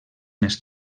més